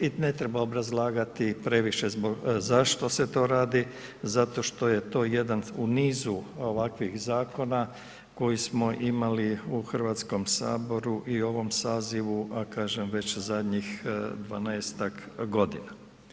i ne treba obrazlagati previše zašto se to radi zato što je to jedan u nizu ovakvih zakona koji smo imali u HS-u i ovom sazivu, a kažem već zadnjih 12-tak godina.